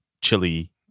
chili